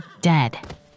dead